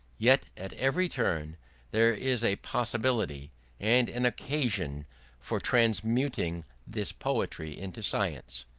yet at every turn there is a possibility and an occasion for transmuting this poetry into science,